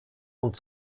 und